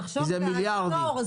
תחשוב על התור.